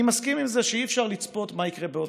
אני מסכים עם זה שאי-אפשר לצפות מה יקרה בעוד